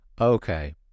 Okay